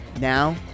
Now